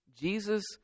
Jesus